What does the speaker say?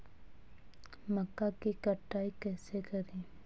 मक्का की कटाई कैसे करें?